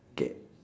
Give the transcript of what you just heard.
okay